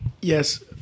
Yes